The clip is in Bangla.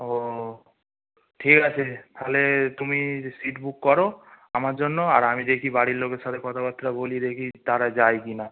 ও ঠিক আছে তালে তুমি সিট বুক করো আমার জন্য আর আমি দেখি বাড়ির লোকের সাথে কথাবার্তা বলি দেখি তারা যায় কিনা